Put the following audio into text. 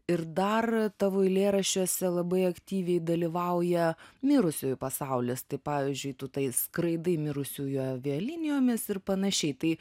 ir dar tavo eilėraščiuose labai aktyviai dalyvauja mirusiųjų pasaulis tai pavyzdžiui tu tai skraidai mirusiųjų avialinijomis ir panašiai tai